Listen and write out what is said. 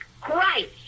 Christ